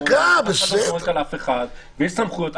אף אחד לא זורק על אף אחד ויש סמכויות.